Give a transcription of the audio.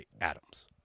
Adams